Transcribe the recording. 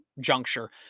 juncture